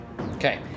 okay